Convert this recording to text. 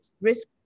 risk